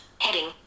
Heading